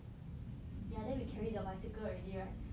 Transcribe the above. and then we can read your bicycle already lah